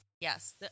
Yes